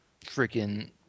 freaking